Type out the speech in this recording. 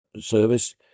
Service